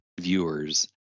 viewers